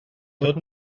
tot